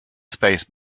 space